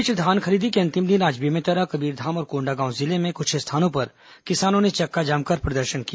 इस बीच धान खरीदी के अंतिम दिन आज बेमेतरा कबीरधाम और कोंडागांव जिले में कुछ स्थानों पर किसानों ने चक्काजाम कर प्रदर्शन किया